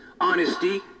Honesty